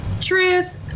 Truth